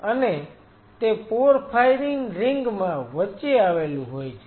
અને તે porphyrin ring માં વચ્ચે આવેલું હોય છે